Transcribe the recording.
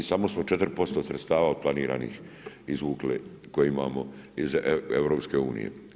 I samo smo 4% sredstva od planiranih izvukli koje imamo iz EU-a.